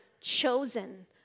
chosen